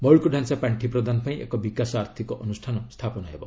ମୌଳିକଡାଞ୍ଚା ପାଣ୍ଡି ପ୍ରଦାନ ପାଇଁ ଏକ ବିକାଶ ଆର୍ଥକ ଅନୁଷ୍ଠାନ ସ୍ଥାପନ କରାଯିବ